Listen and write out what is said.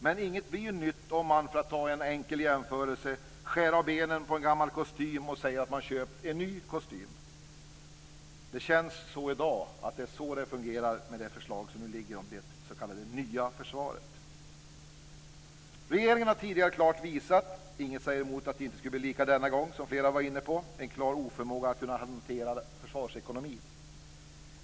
Men inget blir nytt om man, för att göra en jämförelse, skär av benen på en gammal kostym och säger att man köpt en ny. Det känns i dag som om det är så det fungerar med det förslag som lagts fram om det nya försvaret. Regeringen har tidigare klart visat en klar oförmåga att hantera försvarsekonomin. Inget talar emot att det inte blir lika denna gång, som flera varit inne på.